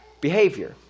behavior